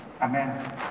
amen